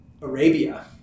Arabia